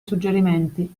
suggerimenti